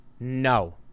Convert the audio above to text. No